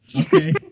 Okay